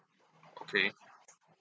okay